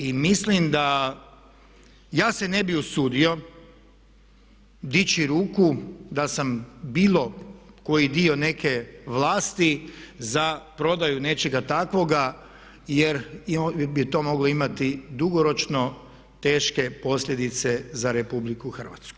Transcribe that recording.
I mislim da, ja se ne bi usudio dići ruku da sam bilo koji dio neke vlasti za prodaju nečega takvoga jer bi to moglo imati dugoročno teške posljedice za RH.